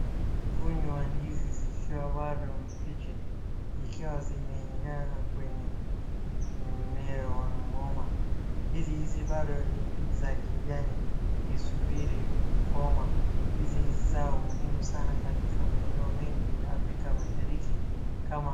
Mkungu wa ndizi zikiwa bado mbichi, zikiwa zimeng'aa kwenye mmea wa ng'uma . Ndizi hizi bado ni za kijani ikisubiri kukoma. Ndizi ni zao muhimu sana katika maeneo mengi ya Afrika mashariki kama.